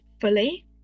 fully